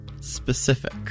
specific